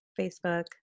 Facebook